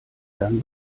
dann